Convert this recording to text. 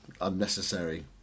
unnecessary